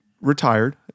retired